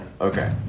Okay